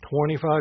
Twenty-five